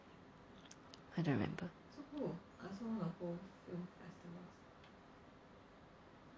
I don't remember